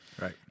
Right